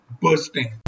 bursting